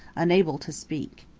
unable to speak.